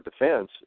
defense